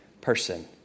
person